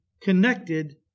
connected